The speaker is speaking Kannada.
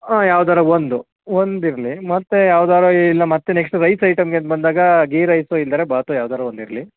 ಹಾಂ ಯಾವ್ದಾರು ಒಂದು ಒಂದು ಇರಲಿ ಮತ್ತು ಯಾವ್ದಾರು ಈ ಇಲ್ಲ ಮತ್ತೆ ನೆಕ್ಸ್ಟ್ ರೈಸ್ ಐಟಮ್ಗೆ ಅಂತ ಬಂದಾಗ ಗೀ ರೈಸು ಇಲ್ದಿರ ಭಾತು ಯಾವ್ದಾರು ಒಂದು ಇರಲಿ